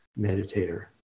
meditator